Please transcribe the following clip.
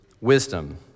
wisdom